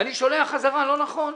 ואני שולח חזרה - לא נכון.